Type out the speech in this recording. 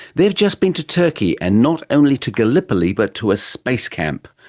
they've just been to turkey, and not only to gallipoli but to a space camp.